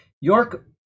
york